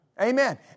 Amen